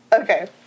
Okay